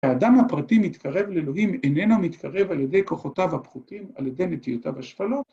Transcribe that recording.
האדם הפרטי מתקרב לאלוהים איננו מתקרב על ידי כוחותיו הפחותים, על ידי נטיותיו השפלות.